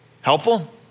helpful